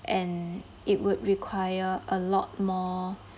and it would require a lot more